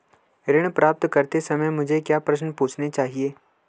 ऋण प्राप्त करते समय मुझे क्या प्रश्न पूछने चाहिए?